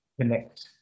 connect